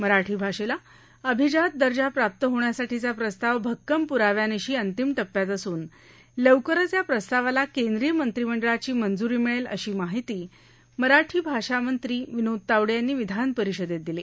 मराठी भाषेला अभिजात दर्जा प्राप्त होण्यासाठीचा प्रस्ताव भक्कम प्राव्यानिशी अंतिम टप्प्यात असून लवकरच या प्रस्तावाला केंद्रीय मंत्रिमंडळाची मंजुरी मिळेल अशी माहिती मराठी भाषा मंत्री विनोद तावडे यांनी विधानपरिषदेत दिली